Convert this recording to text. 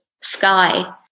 sky